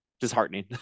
disheartening